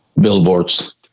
billboards